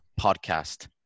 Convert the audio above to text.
podcast